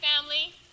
family